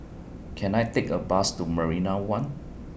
Can I Take A Bus to Marina one